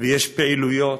ויש פעילויות,